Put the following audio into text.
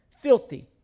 Filthy